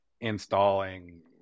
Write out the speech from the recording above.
installing